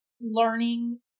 learning